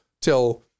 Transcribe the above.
till